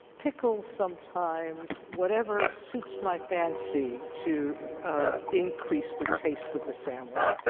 pickles sometimes, whatever suits my fancy to increase the taste of the sandwich.